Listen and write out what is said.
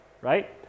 right